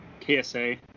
KSA